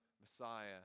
Messiah